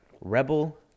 Rebel